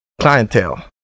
clientele